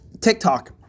TikTok